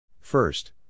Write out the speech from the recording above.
First